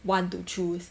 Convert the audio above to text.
want to choose